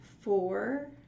four